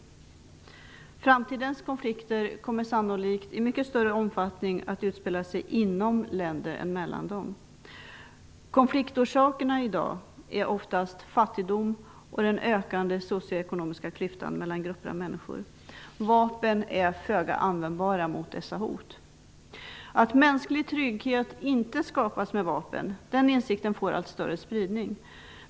Framtidens konflikter kommer sannolikt i mycket större omfattning att utspela sig inom länder än mellan dem. Konfliktorsakerna i dag är oftast fattigdom och den ökande socioekonomiska klyftan mellan grupper av människor. Vapen är föga användbara mot dessa hot. Insikten att mänsklig trygghet inte skapas med vapen får allt större spridning.